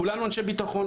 כולנו אנשי ביטחון,